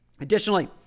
Additionally